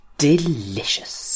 Delicious